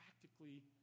practically